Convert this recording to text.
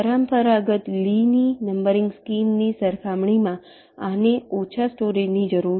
પરંપરાગત લી ની નંબરિંગ સ્કીમની સરખામણીમાં આને ઓછા સ્ટોરેજની જરૂર છે